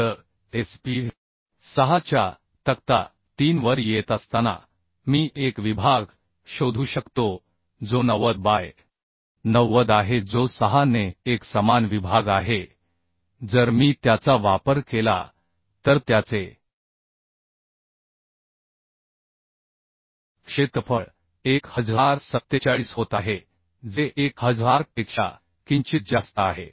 तर SP 6 च्या तक्ता 3 वर येत असताना मी एक विभाग शोधू शकतो जो 90 बाय 90 आहे जो 6 ने एक समान विभाग आहे जर मी त्याचा वापर केला तर त्याचे क्षेत्रफळ 1047 होत आहे जे 1000 पेक्षा किंचित जास्त आहे